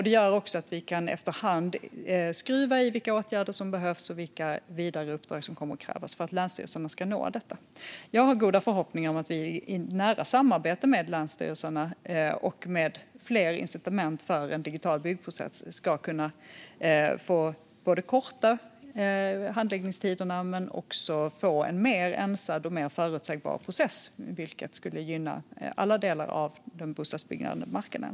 Det gör också att vi efter hand kan skruva i de åtgärder som behövs och de vidare uppdrag som kommer att krävas för att länsstyrelserna ska nå detta. Jag har goda förhoppningar om att vi i nära samarbete med länsstyrelserna och med fler incitament för en digital byggprocess ska kunna både förkorta handläggningstiderna och få en mer ensad och förutsägbar process, vilket skulle gynna alla delar av den bostadsbyggande marknaden.